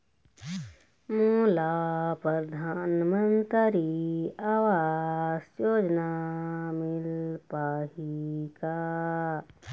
मोला परधानमंतरी आवास योजना मिल पाही का?